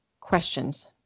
questions